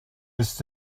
ist